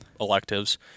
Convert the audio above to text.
electives